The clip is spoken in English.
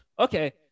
Okay